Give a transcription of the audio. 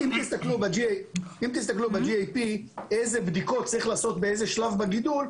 אם תסתכלו ב-GAP איזה בדיקות צריך לעשות באיזה שלב בגידול,